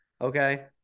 Okay